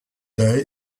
day